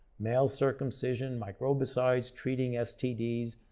male circumcision, microbicides, treating stds,